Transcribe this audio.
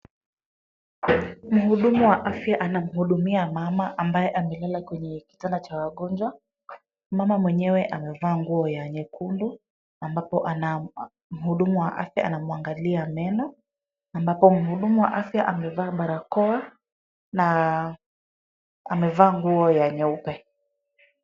Mhudumu wa afya anamhudumia mama ambaye amelala kwenye kitanda cha wagonjwa. Mama mwenyewe amevaa nguo ya nyekundu, ambapo mhudumu wa afya anamwangalia meno, ambapo mhudumu wa afya amevaa barakoa na amevaa nguo ya nyeupe.